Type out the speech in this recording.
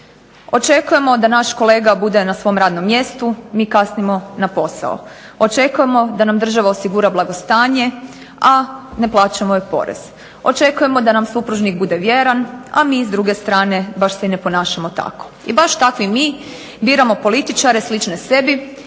Očekujemo da naš kolega bude na svom radnom mjestu. Mi kasnimo na posao. Očekujemo da nam država osigura blagostanje, a ne plaćamo joj porez. Očekujemo da nam supružnik bude vjeran, a mi s druge strane baš se i ne ponašamo tako. I baš takvi mi biramo političare slične sebi,